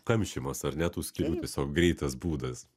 kamšymas ar ne tų skylių tiesiog greitas būdas